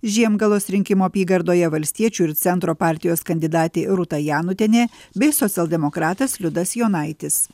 žiemgalos rinkimų apygardoje valstiečių ir centro partijos kandidatė rūta janutienė bei socialdemokratas liudas jonaitis